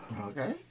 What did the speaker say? Okay